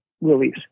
release